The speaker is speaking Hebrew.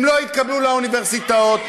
הם לא התקבלו לאוניברסיטאות.